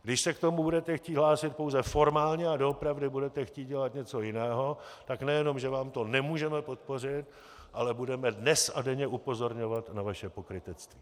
Když se k tomu budete chtít hlásit pouze formálně a doopravdy budete chtít dělat něco jiného, tak nejenom že vám to nemůžeme podpořit, ale budeme dnes a denně upozorňovat na vaše pokrytectví.